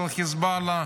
של חיזבאללה,